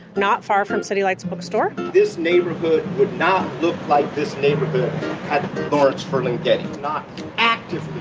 not far from city lights book store this neighborhood would not look like this neighborhood had lawrence ferlinghetti not actively,